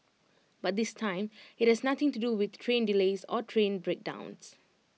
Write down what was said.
but this time IT has nothing to do with train delays or train breakdowns